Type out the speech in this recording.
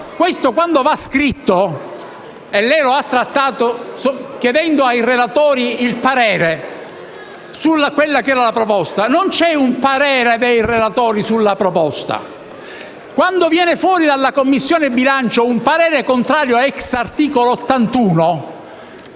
questo come un parere e così l'ha trattato, chiedendo ai relatori il parere sulla proposta, ma non c'è un parere dei relatori sulla proposta. Quando viene fuori dalla Commissione bilancio un parere contrario *ex* articolo 81